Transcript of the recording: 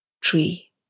tree